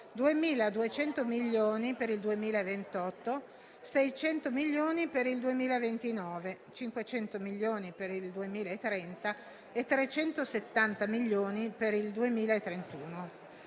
2.200 milioni per il 2028, 600 milioni per il 2029, 500 milioni per il 2030 e 370 milioni per il 2031.